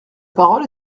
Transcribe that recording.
parole